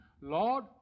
Lord